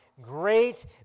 Great